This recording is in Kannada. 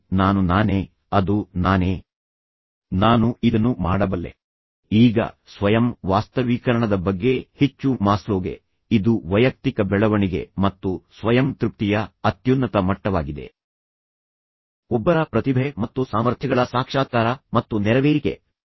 ಈಗ ಇಲ್ಲಿ ಅನುಕೂಲಕರ ವಾತಾವರಣವನ್ನು ಆಯ್ಕೆ ಮಾಡಿ ಆದ್ದರಿಂದ ನೀವು ಅವರನ್ನು ಪ್ರತ್ಯೇಕ ಕೊಠಡಿಗಳಿಗೆ ಕರೆದೊಯ್ಯಬಹುದು ಮತ್ತು ಅವರೊಂದಿಗೆ ಪ್ರತ್ಯೇಕವಾಗಿ ಮಾತನಾಡಿ ಅಥವಾ ನೀವು ಅವರನ್ನು ಒಟ್ಟಿಗೆ ದೇವಾಲಯ ಅಥವಾ ಮಾಲ್ನಂತಹ ನೆಚ್ಚಿನ ಸ್ಥಳಕ್ಕೆ ಕರೆದೊಯ್ಯಿರಿ